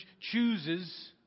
chooses